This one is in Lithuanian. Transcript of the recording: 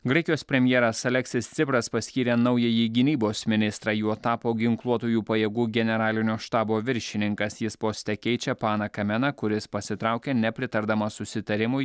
graikijos premjeras aleksis cipras paskyrė naująjį gynybos ministrą juo tapo ginkluotųjų pajėgų generalinio štabo viršininkas jis poste keičia paną kameną kuris pasitraukė nepritardamas susitarimui